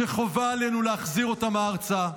שחובה עלינו להחזיר אותם ארצה,